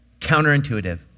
Counterintuitive